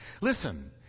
Listen